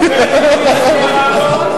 אמרתי.